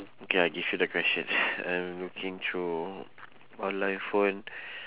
okay I give you the question I looking through on my phone